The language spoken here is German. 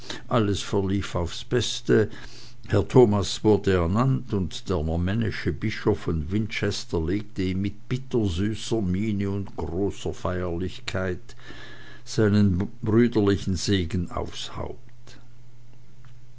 alles verlief aufs beste herr thomas wurde ernannt und der normännische bischof von wincester legte ihm mit bittersüßer miene und großer feierlichkeit seinen brüderlichen segen aufs haupt